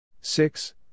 six